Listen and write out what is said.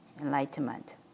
enlightenment